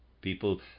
People